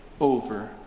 over